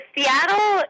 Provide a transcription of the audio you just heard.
Seattle